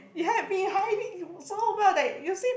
you've been hiding so well that you seem